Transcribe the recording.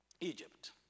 Egypt